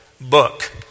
book